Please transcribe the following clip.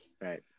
right